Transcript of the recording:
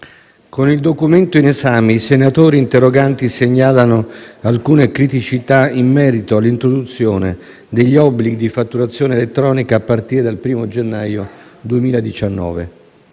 con il documento in esame i senatori interroganti segnalano alcune criticità in merito all'introduzione degli obblighi di fatturazione elettronica a partire dal 1° gennaio 2019.